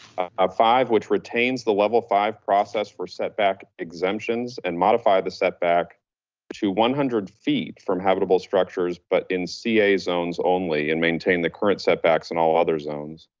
ah five, which retains the level five process for setback exemptions and modify the setback to one hundred feet from habitable structures, but in ca zones only and maintain the current setbacks in all other zones.